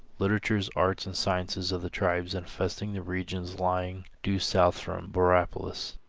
literatures, arts and sciences of the tribes infesting the regions lying due south from boreaplas.